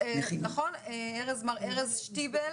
מר ארז שטיבל